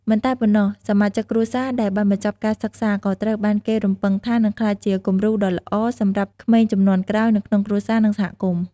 មិនតែប៉ុណ្ណោះ សមាជិកគ្រួសារដែលបានបញ្ចប់ការសិក្សា ក៏ត្រូវបានគេរំពឹងថានឹងក្លាយជាគំរូដ៏ល្អសម្រាប់ក្មេងជំនាន់ក្រោយនៅក្នុងគ្រួសារ និងសហគមន៍។